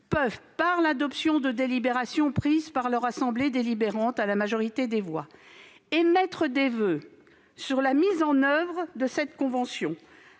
peuvent, par l'adoption de délibérations prises par leur assemblée délibérante à la majorité des voix, émettre des voeux sur la mise en oeuvre de cette convention